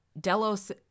Delos